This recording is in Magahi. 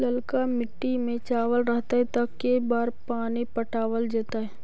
ललका मिट्टी में चावल रहतै त के बार पानी पटावल जेतै?